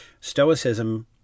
Stoicism